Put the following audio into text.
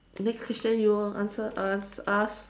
next question you want to answer ask ask